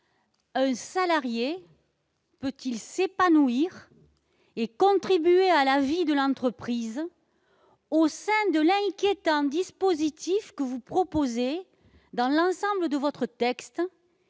un salarié peut-il s'épanouir et contribuer à la vie de l'entreprise au sein de l'inquiétant dispositif que vous proposez dans votre texte,